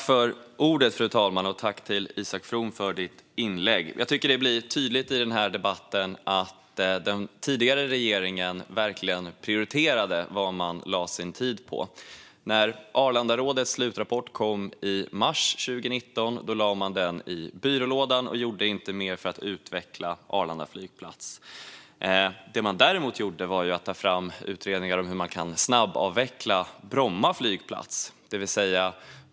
Fru talman! Tack för ditt inlägg, Isak From! Jag tycker att det blir tydligt i denna debatt att den tidigare regeringen verkligen prioriterade vad man lade sin tid på. När Arlandarådets slutrapport kom i mars 2019 lade man den i byrålådan och gjorde inte mer för att utveckla Arlanda flygplats. Det man däremot gjorde var att ta fram utredningar om hur Bromma flygplats kunde snabbavvecklas.